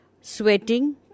sweating